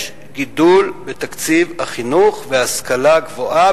יש גידול בתקציב החינוך וההשכלה הגבוהה,